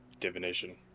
Divination